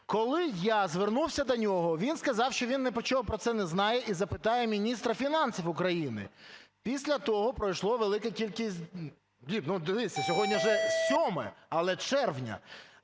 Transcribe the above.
Коли я звернувся до нього, він сказав, що він нічого про це не знає і запитає міністра фінансів України. Після того пройшла велика кількість діб. Ну, дивіться, сьогодні вже 7-е, але червня.